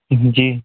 जी